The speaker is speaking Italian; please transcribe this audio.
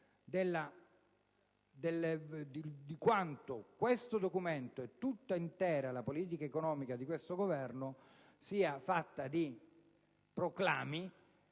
di quanto questo documento e tutta intera la politica economica di questo Governo siano fatti di proclami